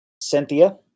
Cynthia